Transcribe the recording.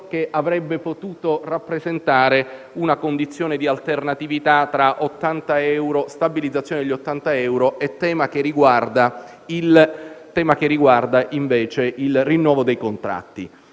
che avrebbe potuto rappresentare una condizione di alternatività tra la stabilizzazione degli 80 euro e il rinnovo dei contratti.